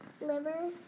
liver